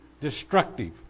destructive